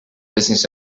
business